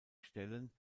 stellen